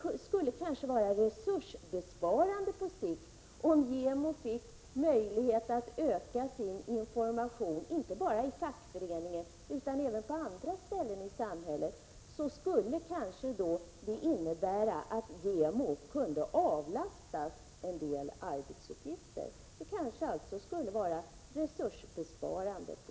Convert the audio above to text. Det skulle kanske på sikt vara resursbesparande om JämO fick möjlighet att öka sin information inte bara i fackföreningar utan även på andra håll i samhället. På sikt skulle JämO här kanske kunna avlastas en del arbetsuppgifter.